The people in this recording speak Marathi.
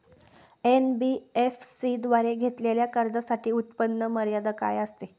एन.बी.एफ.सी द्वारे घेतलेल्या कर्जासाठी उत्पन्न मर्यादा काय असते?